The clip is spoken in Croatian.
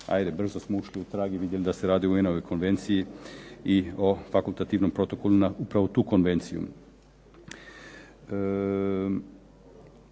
Ali brzo smo ušli u trag i vidjeli da se radi o UN-ovoj konvenciji i o fakultativnim protokolima upravo na tu konvenciju.